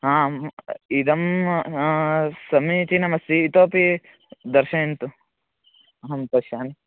आम् इदं समीचीनमस्ति इतोपि दर्शयन्तु अहं पश्यामि